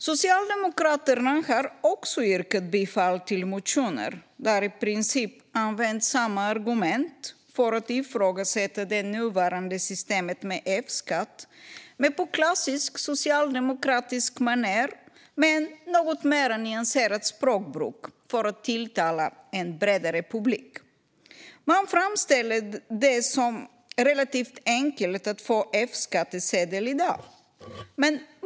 Socialdemokraterna har också yrkat bifall till motioner där det i princip används samma argument för att ifrågasätta det nuvarande systemet med F-skatt, men på klassiskt socialdemokratiskt manér med ett något mer nyanserat språkbruk för att tilltala en bredare publik. Man framställer det som relativt enkelt att få F-skattsedel i dag.